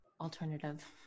alternative